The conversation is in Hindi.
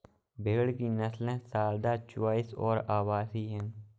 भेड़ की नस्लें सारदा, चोइस और अवासी हैं